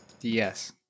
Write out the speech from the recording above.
yes